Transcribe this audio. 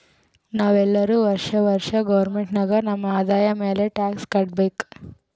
ನಾವ್ ಎಲ್ಲೋರು ವರ್ಷಾ ವರ್ಷಾ ಗೌರ್ಮೆಂಟ್ಗ ನಮ್ ಆದಾಯ ಮ್ಯಾಲ ಟ್ಯಾಕ್ಸ್ ಕಟ್ಟಬೇಕ್